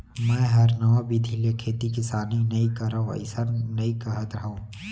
मैं हर नवा बिधि ले खेती किसानी नइ करव अइसन नइ कहत हँव